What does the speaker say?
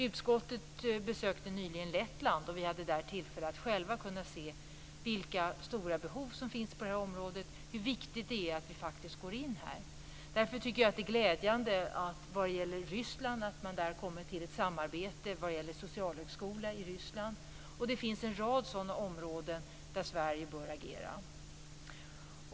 Utskottet besökte nyligen Lettland, och vi hade där tillfälle att själva se vilka stora behov som finns på det här området och hur viktigt det faktiskt är att vi går in där. Jag tycker därför att det är glädjande att man där kommit fram till ett samarbete med socialhögskolor i Ryssland. På en rad sådana områden bör Sverige agera.